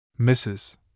Mrs